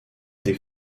des